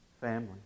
family